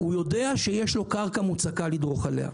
הוא יודע שיש לו קרקע מוצקה לדרוך עליה.